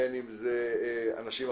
בין אם זה העותרים